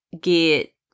get